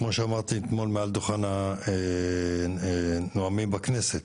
כמו שאמרתי אתמול מעל דוכן הנואמים בכנסת,